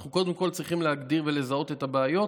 אנחנו קודם כול צריכים להגדיר ולזהות את הבעיות.